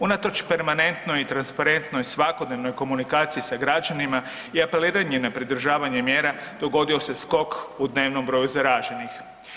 Unatoč permanentnoj i transparentnoj svakodnevnoj komunikaciji sa građanima i apeliranje na pridržavanje mjera, dogodio se skok u dnevnom broju zaraženih.